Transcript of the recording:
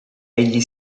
egli